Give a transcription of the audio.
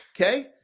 Okay